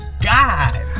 god